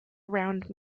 around